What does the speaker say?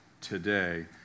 today